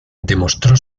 demostró